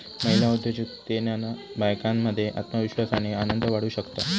महिला उद्योजिकतेतना बायकांमध्ये आत्मविश्वास आणि आनंद वाढू शकता